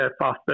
faster